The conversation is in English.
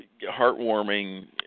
heartwarming